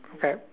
okay